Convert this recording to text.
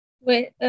Wait